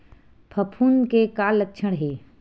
फफूंद के का लक्षण हे?